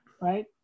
Right